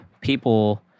people